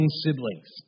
siblings